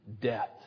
death